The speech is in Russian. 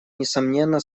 несомненно